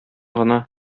гына